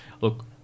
look